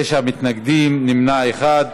תשעה מתנגדים, נמנע אחד.